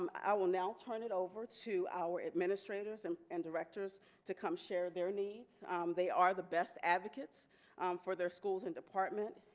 um i will now turn it over to our administrative them and directors to come share their needs they are the best advocates for their schools and departments.